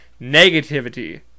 negativity